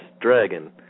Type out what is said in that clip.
dragon